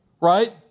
Right